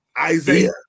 Isaiah